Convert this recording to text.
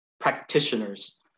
practitioners